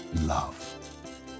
Love